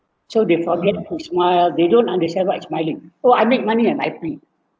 so they forget to smile they don't understand what is smiling oh I make money and I free